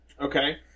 Okay